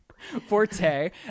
forte